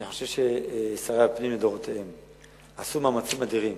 אני חושב ששרי הפנים לדורותיהם עשו מאמצים אדירים